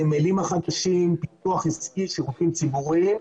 הנמלים החדשים, פיתוח עסקי של גופים ציבוריים.